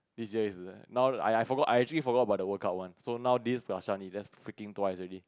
this year is now I I forgot I actually forgot about the workout one so now this plus Shan Ee that's freaking twice already